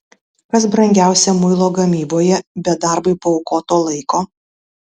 kas brangiausia muilo gamyboje be darbui paaukoto laiko